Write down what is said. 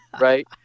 right